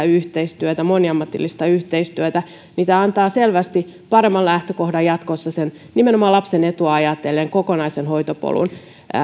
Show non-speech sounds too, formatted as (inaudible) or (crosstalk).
(unintelligible) yhteistyötä moniammatillista yhteistyötä mikä antaa selvästi paremman lähtökohdan jatkossa nimenomaan lapsen etua ajatellen kokonaisen hoitopolun